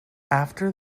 after